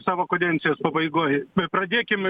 savo kadencijos pabaigoj pradėkim